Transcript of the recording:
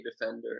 defender